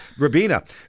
Rabina